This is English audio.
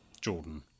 Jordan